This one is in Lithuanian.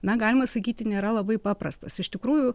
na galima sakyti nėra labai paprastas iš tikrųjų